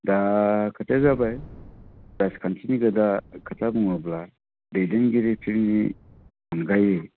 दा खोथाया जाबाय राजखान्थिनि दा खोथा बुङोब्ला दैदेनगिरिफोरनि अनगायै